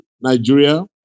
Nigeria